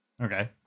Okay